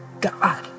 God